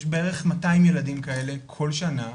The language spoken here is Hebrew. יש בערך 200 ילדים כאלה כל שנה,